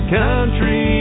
country